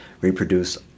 reproduce